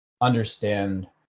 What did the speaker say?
understand